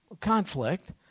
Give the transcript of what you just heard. conflict